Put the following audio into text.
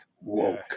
woke